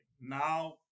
now